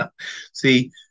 see